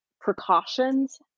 precautions